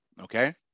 okay